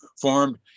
formed